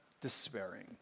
despairing